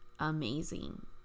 amazing